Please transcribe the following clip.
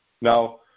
Now